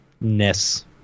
ness